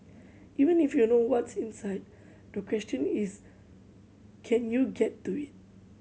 even if you know what's inside the question is can you get to it